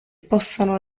possano